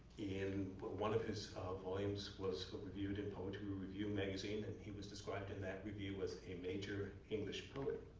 in but one of his volumes was reviewed in poetry review magazine and he was described in that review as a major english poet.